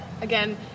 again